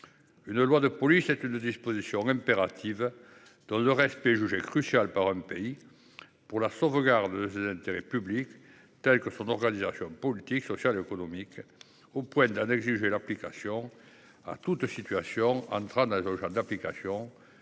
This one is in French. Une loi de police est une disposition impérative dont le respect est jugé crucial par un pays pour la sauvegarde de ses intérêts publics, tels que son organisation politique, sociale ou économique, au point d'en exiger l'application à toute situation entrant dans son champ d'application,